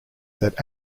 that